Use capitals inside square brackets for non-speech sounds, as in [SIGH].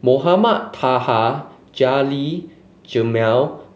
Mohamed Taha [UNINTELLIGIBLE] Jamil